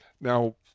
Now